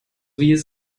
wie